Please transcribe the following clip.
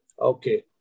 Okay